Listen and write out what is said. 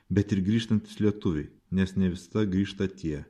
bet ir grįžtantys lietuviai nes ne visada grįžta tie